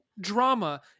drama